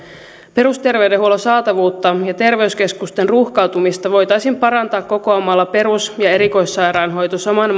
perusterveydenhuollon saatavuutta ja terveyskeskusten ruuhkautumista voitaisiin parantaa kokoamalla perus ja erikoissairaanhoito saman